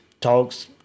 talks